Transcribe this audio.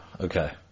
Okay